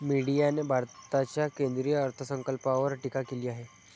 मीडियाने भारताच्या केंद्रीय अर्थसंकल्पावर टीका केली आहे